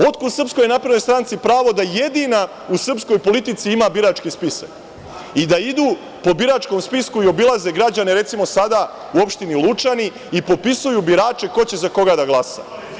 Otkud Srpskoj naprednoj stranci pravo da jedina u srpskoj politici ima birački spisak i da idu po biračkom spisku i da obilaze građane, recimo, sada, u opštini Lučani i popisuju birače ko će za koga da glasa?